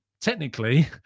technically